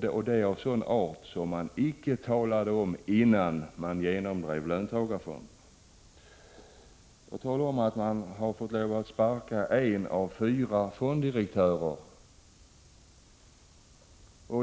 Det är av en sådan art som man inte talade om innan man genomdrev löntagarfonderna. Jag talade om att man har fått lov att sparka en av fyra fonddirektörer.